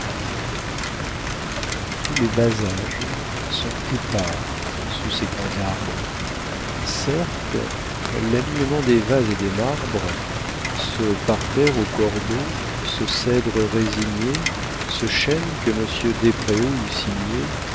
tous les bas âges sont épars sous ces grands arbres certes l'alignement des vases et des marbres ce parterre au cordeau ce cèdre résigné ce chêne que monsieur despréaux eut signé